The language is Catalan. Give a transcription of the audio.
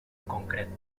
concret